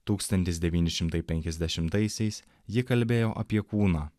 tūkstantis devyni šimtai penkiasdešimtaisiais ji kalbėjo apie kūną